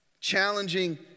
challenging